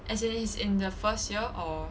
as in he's in the first year or